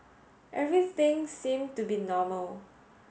everything seemed to be normal